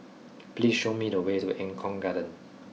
please show me the way to Eng Kong Garden